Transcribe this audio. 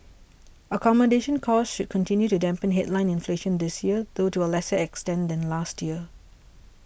accommodation costs should continue to dampen headline inflation this year though to a lesser extent than last year